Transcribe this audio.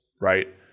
right